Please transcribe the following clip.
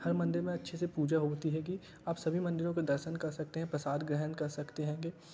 हर मंदिर में अच्छे से पूजा होती है की आप सभी मंदिरों के दर्शन कर सकते हैं प्रसाद ग्रहण कर सकते हैं पे